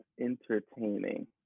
entertaining